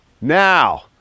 Now